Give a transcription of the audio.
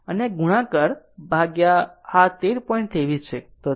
અને આ ગુણાકાર આ 13